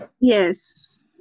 Yes